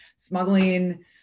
smuggling